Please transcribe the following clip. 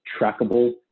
trackable